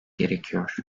gerekiyor